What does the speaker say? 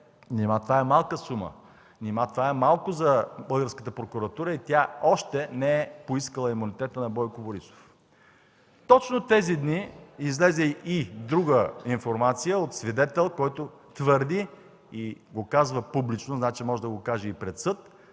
Нима това е малка сума?! Нима това е малко за българската прокуратура и тя още не е поискала имунитета на Бойко Борисов?! Точно тези дни излезе и друга информация от свидетел, който твърди и го каза публично, значи може да го каже и пред съд,